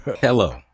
Hello